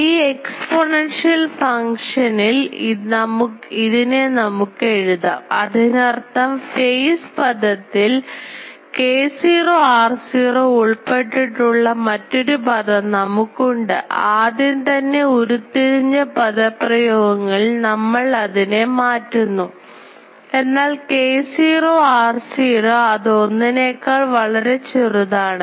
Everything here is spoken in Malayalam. ഈ എക്സ്പോണൻഷ്യൽ ഫംഗ്ഷനിൽ ഇതിനെ നമുക്ക് എഴുതാം അതിനർത്ഥം ഫെയ്സ് പദത്തിൽ k0 r0 ഉൾപ്പെട്ടിട്ടുള്ള മറ്റൊരു പദം നമുക്കുണ്ട് ആദ്യംതന്നെ ഉരുത്തിരിഞ്ഞ പദപ്രയോഗങ്ങളിൽ നമ്മൾ അതിനെ മാറ്റുന്നു എന്നാൽ k0 r0 അത് ഒന്നിനേക്കാൾ വളരെ ചെറുതാണ്